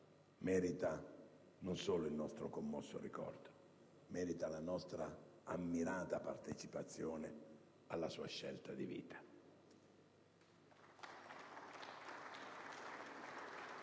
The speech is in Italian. merita non solo il nostro commosso ricordo, ma la nostra ammirata partecipazione alla sua scelta di vita.